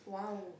!wow!